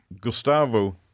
Gustavo